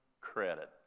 credit